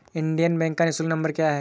Indian bank का निःशुल्क number क्या है?